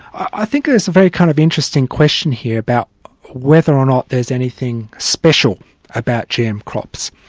i think there's a very kind of interesting question here about whether or not there's anything special about gm crops.